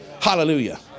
Hallelujah